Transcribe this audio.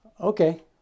Okay